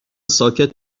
ساکت